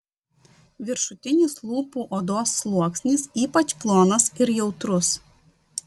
viršutinis lūpų odos sluoksnis ypač plonas ir jautrus